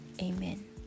Amen